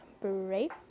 break